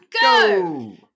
go